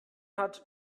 hat